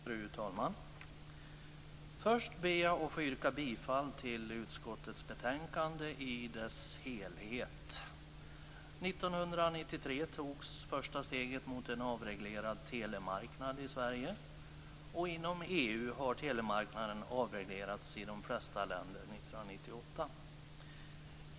Fru talman! Först ber jag att få yrka bifall till utskottets hemställan i betänkandet. År 1993 togs det första steget mot en avreglerad telemarknad i Sverige, och inom EU har telemarknaden avreglerats i de flesta länder 1998.